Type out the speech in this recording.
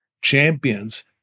champions